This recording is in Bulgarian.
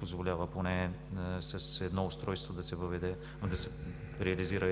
позволява поне с едно устройство да се реализира